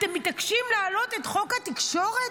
אתם מתעקשים להעלות את חוק התקשורת,